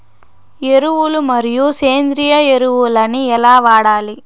ఎరువులు మరియు సేంద్రియ ఎరువులని ఎలా వాడాలి?